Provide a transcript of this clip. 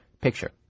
Picture